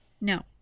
no